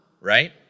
right